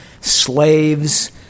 Slaves